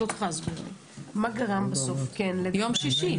את לא צריכה להסביר אותו.